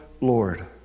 Lord